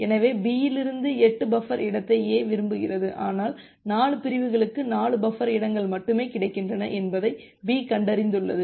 எனவே B இலிருந்து 8 buffer இடத்தை A விரும்புகிறது ஆனால் 4 பிரிவுகளுக்கு 4 பஃபர் இடங்கள் மட்டுமே கிடைக்கின்றன என்பதை B கண்டறிந்துள்ளது